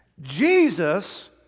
Jesus